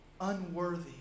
unworthy